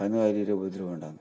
കന്നുകാലിയുടെ ഉപദ്രവം ഉണ്ടാകും